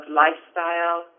lifestyle